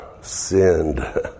sinned